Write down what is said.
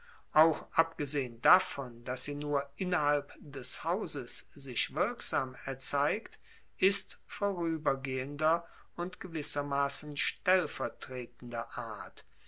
auch abgesehen davon dass sie nur innerhalb des hauses sich wirksam erzeigt ist voruebergehender und gewissermassen stellvertretender art